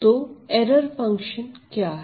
तो error function क्या है